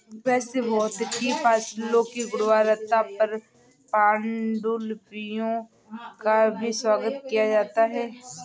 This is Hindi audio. कृषि भौतिकी फसलों की गुणवत्ता पर पाण्डुलिपियों का भी स्वागत किया जाता है